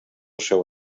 seu